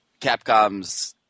Capcom's